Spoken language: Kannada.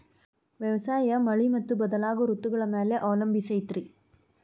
ವ್ಯವಸಾಯ ಮಳಿ ಮತ್ತು ಬದಲಾಗೋ ಋತುಗಳ ಮ್ಯಾಲೆ ಅವಲಂಬಿಸೈತ್ರಿ